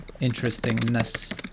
interestingness